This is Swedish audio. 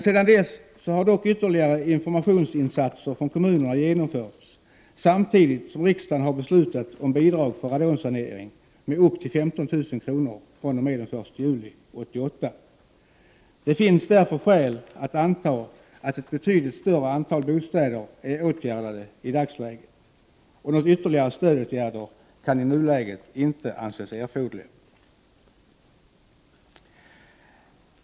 Sedan dess har dock ytterligare informationsinsatser från kommunerna genomförts samtidigt som riksdagen beslutat om bidrag för radonsanering med upp till 15 000 kr. fr.o.m. den 1 juli 1988. Det finns därför skäl att anta att ett betydligt större antal bostäder är åtgärdade i dagsläget. Några ytterligare stödåtgärder kan i nuläget inte anses erforderliga.